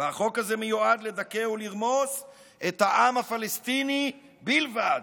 והחוק הזה מיועד לדכא ולרמוס את העם הפלסטיני בלבד.